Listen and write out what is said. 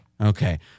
Okay